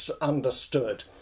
understood